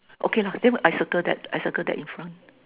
okay lah then I circle that I circle that in front